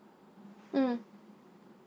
mm \